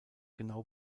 genau